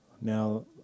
Now